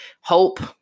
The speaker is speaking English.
hope